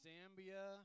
Zambia